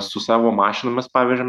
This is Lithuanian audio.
su savo mašinomis pavyzdžiui